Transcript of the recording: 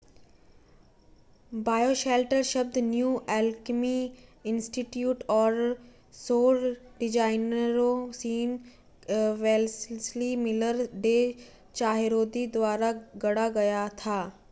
bioshelter शब्द New Alchemy Institute और सौर डिजाइनरों Sean Wellesley Miller, Day Chahroudi द्वारा गढ़ा गया था